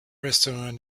restaurant